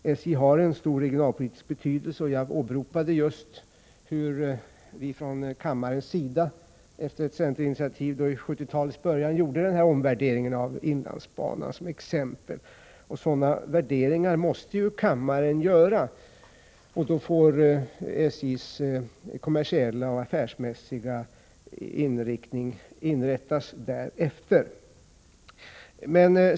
SJ har en stor regionalpolitisk betydelse. Jag åberopade som exempel den omvärdering av inlandsbanan som vi från kammarens sida gjorde i början av 1970-talet efter ett centerinitiativ. Sådana omvärderingar måste kammaren göra, och då får SJ:s kommersiella och affärsmässiga inriktning utformas därefter.